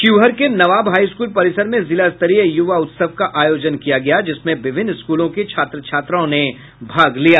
शिवहर के नवाब हाईस्कूल परिसर में जिला स्तरीय युवा उत्सव का आयोजन किया गया जिसमें विभिन्न स्कूलों के छात्र छात्राओं ने भाग लिया